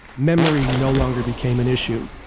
memory no longer became an issue